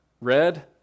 red